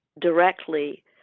directly